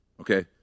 Okay